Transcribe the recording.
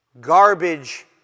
Garbage